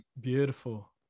Beautiful